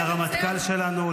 לרמטכ"ל שלנו,